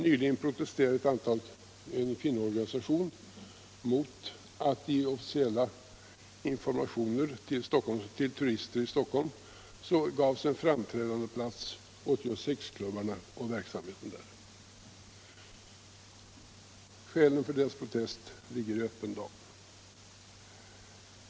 Nyligen protesterade ett antal kvinnoorganisationer mot att det i officiella informationer till turister i Stockholm gavs en framträdande plats åt just sexklubbar och verksamheten där. Skälen för deras protest ligger 1 öppen dag.